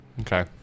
okay